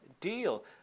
deal